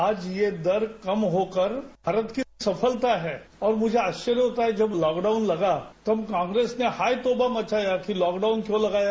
आज ये दर कम होकर भारत की सफलता है और मुझे आश्चर्य होता है जब लॉकडाउन लगा तब कांग्रेस ने हायतौबा मचाया कि लॉकडाउन क्यों लगाया